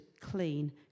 clean